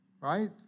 right